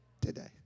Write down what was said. today